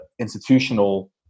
institutional